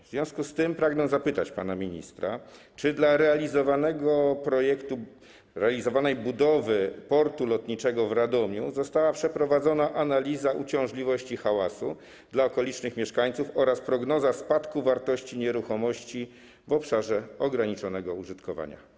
W związku z tym pragnę zapytać pana ministra: Czy dla realizowanej budowy portu lotniczego w Radomiu została przeprowadzona analiza uciążliwości hałasu dla okolicznych mieszkańców oraz prognoza spadku wartości nieruchomości w obszarze ograniczonego użytkowania?